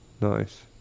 Nice